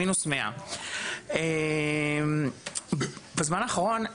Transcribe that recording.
מינוס 100. בזמן האחרון,